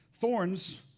Thorns